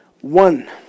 One